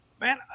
Man